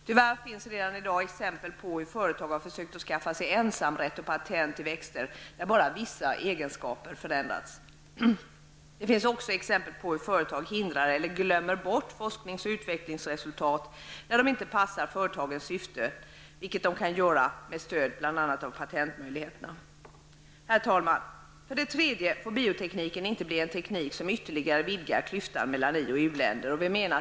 Tyvärr finns redan i dag exempel på hur företag har försökt att skaffa sig ensamrätt och patent till växter där bara vissa egenskaper förändrats. Det finns också exempel på hur företag hindrar eller ''glömmer bort'' FoU-resultat när de inte passar företagens syften, vilket företagen kan göra med stöd av bl.a. patentmöjligheterna. Herr talman! Biotekniken får inte bli en teknik som ytterligare vidgar klyftan mellan i och u-länder.